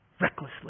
recklessly